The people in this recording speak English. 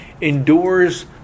endures